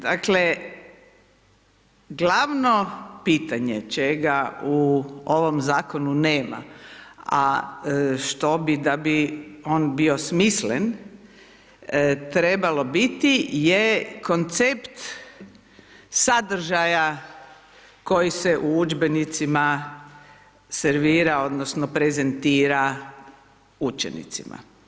Dakle, glavno pitanje čega u ovom zakonu nema, a što bi da bi on bio smislen trebalo biti koncept sadržaja koji se u udžbenicima servira odnosno prezentira učenicima.